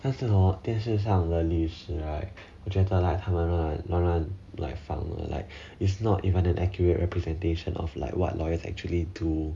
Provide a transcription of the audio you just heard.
但是 hor 电视上的律师 right 我觉得 like 他们乱乱 like 放 like it's not even an accurate representation of like what lawyers actually do